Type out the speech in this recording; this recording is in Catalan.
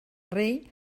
rei